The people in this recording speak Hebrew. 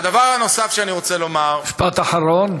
והדבר הנוסף שאני רוצה לומר, משפט אחרון.